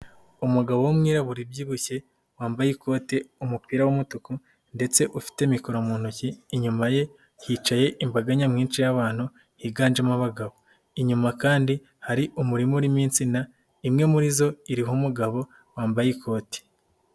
Umugabo w'umwirabura ubyibushye, wambaye ikote, umupira w'umutuku ndetse ufite mikoro mu ntoki, inyuma ye hicaye imbaga nyamwinshi y'abantu higanjemo abagabo. Inyuma kandi hari umurima urimo insina, imwe muri zo iriho umugabo wambaye ikote.